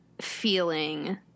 feeling